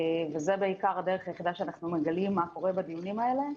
וזו בעיקר הדרך היחידה שאנחנו מגלים מה קורה בדיונים האלה.